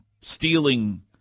stealing